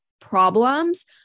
problems